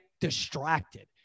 distracted